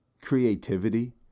creativity